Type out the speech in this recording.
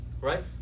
right